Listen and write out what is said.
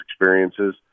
experiences